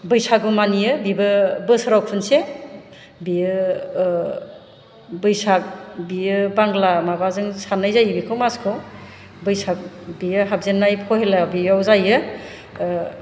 बैसागु मानियो बेबो बोसोराव खनसे बियो बैसाग बियो बांला माबाजों साननाय जायो बेखौ मासखौ बैसागु बियो हाबजेननाय बियो फहेला बेयाव जायो